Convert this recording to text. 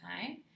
time